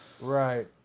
Right